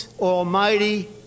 Almighty